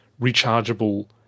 rechargeable